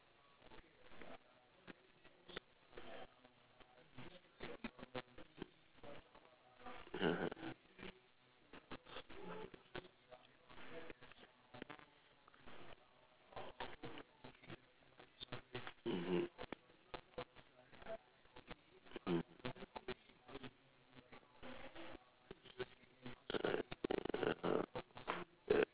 mmhmm mmhmm mmhmm